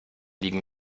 liegen